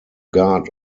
guard